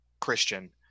christian